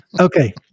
okay